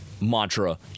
mantra